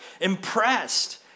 impressed